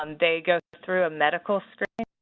um they go through a medical screening.